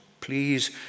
please